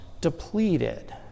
depleted